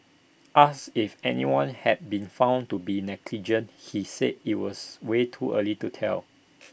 asked if anyone had been found to be negligent he said IT was way too early to tell